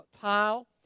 tile